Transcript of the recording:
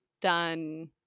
done